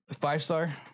five-star